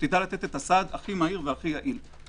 שתדע לתת את הסעד הכי מהיר והכי יעיל.